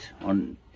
on